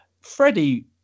Freddie